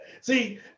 See